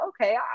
okay